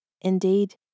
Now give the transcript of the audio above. Indeed